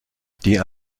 die